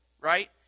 right